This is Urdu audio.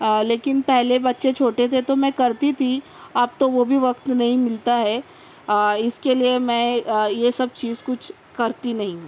لیکن پہلے بچے چھوٹے تھے تو میں کرتی تھی اب تو وہ بھی وقت نہیں ملتا ہے اس کے لیے میں یہ سب چیز کچھ کرتی نہیں ہوں